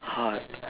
hard